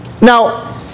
Now